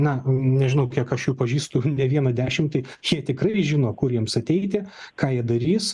na nežinau kiek aš jų pažįstu ne vieną dešimtį šie tikrai žino kurie jiems ateiti ką jie darys